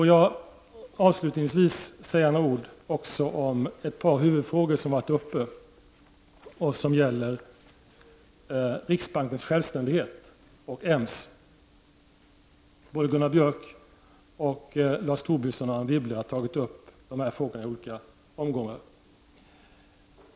Jag vill även säga några ord om ett par huvudfrågor som har varit uppe till diskussion angående riksbankens självständighet och EMS. Gunnar Björk, Lars Tobisson och Anne Wibble har tagit upp dessa frågor i olika omgångar.